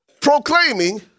proclaiming